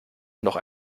noch